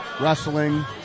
wrestling